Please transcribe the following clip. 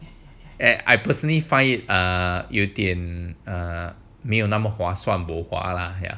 and I personally find it err 有点 err 没有那么划算 bo hua lah ya